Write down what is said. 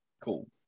Cool